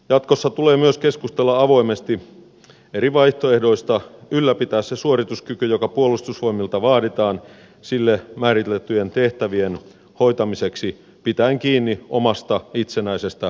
jatkossa tulee myös keskustella avoimesti eri vaihtoehdoista ylläpitää se suorituskyky joka puolustusvoimilta vaaditaan sille määriteltyjen tehtävien hoitamiseksi pitäen kiinni omasta itsenäisestä puolustuksestamme